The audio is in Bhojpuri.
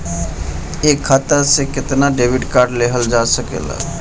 एक खाता से केतना डेबिट कार्ड लेहल जा सकेला?